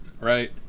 Right